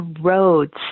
roads